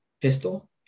pistol